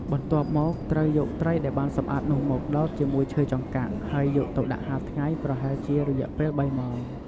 បន្ទាប់មក ត្រូវយកត្រីដែលបានសម្អាតនោះមក ដោតជាមួយឈើចង្កាក់ ហើយយកទៅដាក់ហាលថ្ងៃប្រហែលជារយៈពេល ៣ម៉ោង។